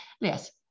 Yes